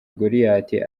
goliath